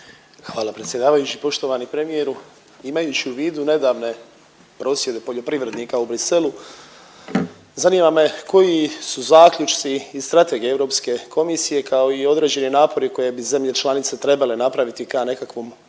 Hvala predsjedavajući. Poštovani premijeru imajući u vidu nedavne prosvjede poljoprivrednika u Bruxellesu zanima me koji su zaključci i strategije Europske komisije kao i određeni napori koje bi zemlje članice trebale napraviti ka nekakvom